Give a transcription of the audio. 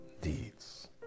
deeds